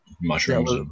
mushrooms